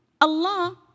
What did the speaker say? Allah